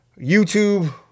YouTube